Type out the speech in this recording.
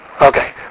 Okay